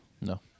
No